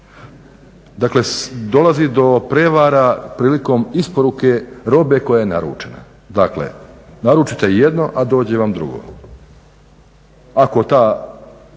Dakle, dolazi do prevara prilikom isporuke robe koja je naručena. Dakle, naručite jedno, a dođe vam drugo. Ako ta